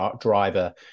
driver